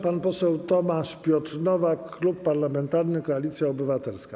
Pan poseł Tomasz Piotr Nowak, Klub Parlamentarny Koalicja Obywatelska.